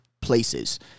places